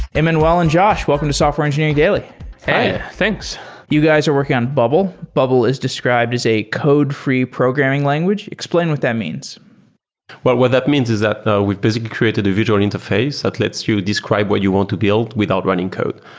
um and and josh, welcome to software engineering daily hey! thanks you guys are working on bubble. bubble is described a code-free programming language. explain what that means what what that means is that we've basically created a virtual interface that lets you describe what you want to build without running code,